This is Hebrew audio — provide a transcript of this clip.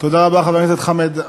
תודה רבה, חבר הכנסת עמאר.